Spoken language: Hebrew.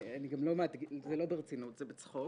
זה לא ברצינות אלא בצחוק.